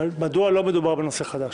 אני חושב שלא מדובר בנושא חדש.